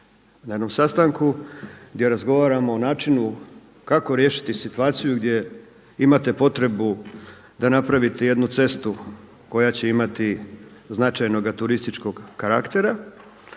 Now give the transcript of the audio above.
na jednom sastanku gdje razgovaramo o načinu kako riješiti situaciju gdje imate potrebu da napravite jednu cestu koja će imati značajnoga turističkog karaktera